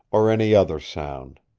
or any other sound.